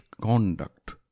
Conduct